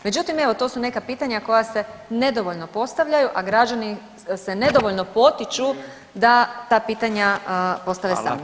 Međutim evo to su neka pitanja koja se nedovoljno postavljaju, a građani se nedovoljno potiču da ta pitanja postave sami.